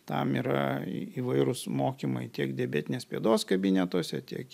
tam yra įvairūs mokymai tiek diabetinės pėdos kabinetuose tiek